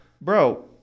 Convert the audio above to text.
bro